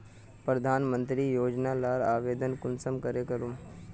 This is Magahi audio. प्रधानमंत्री योजना लार आवेदन कुंसम करे करूम?